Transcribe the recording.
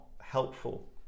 helpful